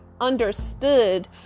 understood